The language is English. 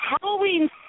Halloween